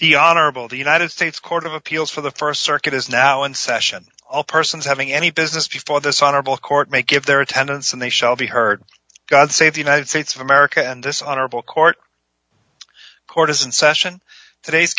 the honorable the united states court of appeals for the st circuit is now in session all persons having any physicist before this honorable court may give their attendance and they shall be heard god save the united states of america and this honorable court court is in session today's